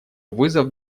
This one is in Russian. вызов